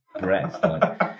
breast